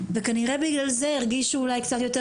וכנראה בגלל זה הרגישו אולי קצת יותר